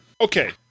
Okay